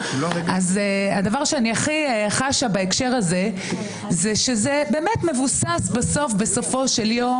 אז הדבר שאני הכי חשה בהקשר הזה זה שזה באמת מבוסס בסוף בסופו של יום